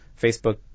Facebook